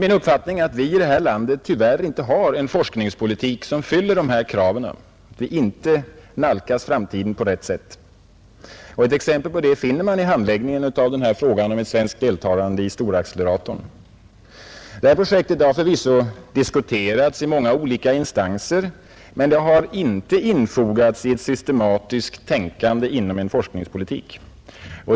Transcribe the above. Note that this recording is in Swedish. Min uppfattning är att vi i det här landet tyvärr inte bedriver en forskningspolitik som fyller dessa krav, att vi inte nalkas framtiden på rätt sätt. Ett exempel på detta finner man i handläggningen av frågan om ett svenskt deltagande i storacceleratorprojektet. Projektet har förvisso diskuterats i många olika instanser men det har inte infogats i ett systematiskt tänkande inom en forskningspolitik.